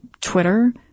Twitter